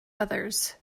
others